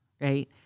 right